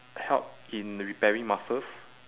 help in repairing muscles